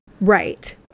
Right